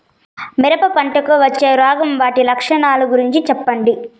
మిరప పంటకు వచ్చే రోగం వాటి లక్షణాలు గురించి చెప్పండి?